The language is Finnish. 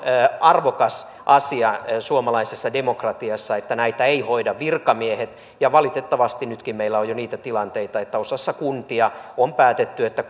arvokas asia suomalaisessa demokratiassa että näitä ei hoida virkamiehet valitettavasti nytkin meillä on jo niitä tilanteita että osassa kuntia on päätetty että